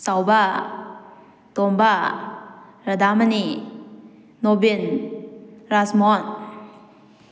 ꯆꯥꯎꯕ ꯇꯣꯝꯕ ꯔꯙꯥꯃꯅꯤ ꯅꯣꯕꯤꯟ ꯔꯥꯖꯃꯣꯍꯣꯟ